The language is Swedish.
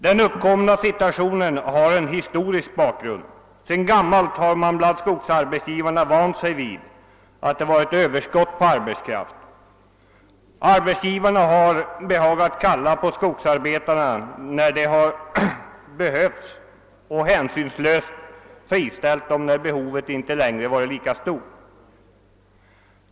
Den uppkomna situationen har en historisk bakgrund. Sedan gammalt har man bland skogsarbetsgivarna vant sig vid att det funnits överskott på arbetskraft. Arbetsgivarsidan har behagat kalla på skogsarbetarna när de behövts och hänsynslöst friställt dem när behovet inte längre varit lika stort.